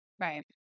Right